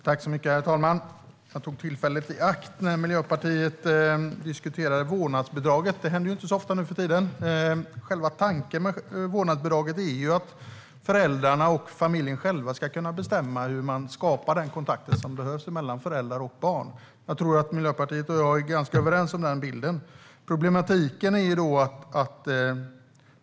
Herr talman! Jag tog tillfället i akt att ta replik när Miljöpartiet diskuterade vårdnadsbidraget. Det händer inte så ofta nu för tiden. Själva tanken med vårdnadsbidraget är att föräldrarna och familjerna själva ska kunna bestämma hur man ska skapa den kontakt som behövs mellan föräldrar och barn. Jag tror att Miljöpartiet och jag är ganska överens om den bilden.